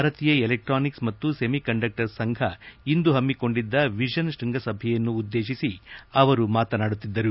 ಭಾರತೀಯ ಎಲೆಕ್ಟಾನಿಕ್ಸ್ ಮತ್ತು ಸೆಮಿಕಂಡಕ್ಟರ್ ಸಂಘ ಇಂದು ಹಮ್ಮಿಕೊಂಡಿದ್ದ ವಿಷನ್ ಶೃಂಗಸಭೆಯನ್ನುದ್ದೇಶಿಸಿ ಅವರು ಮಾತನಾಡುತ್ತಿದ್ದರು